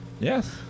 Yes